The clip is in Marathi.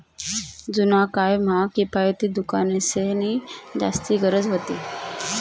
जुना काय म्हा किफायती दुकानेंसनी जास्ती गरज व्हती